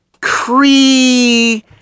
Cree